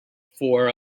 for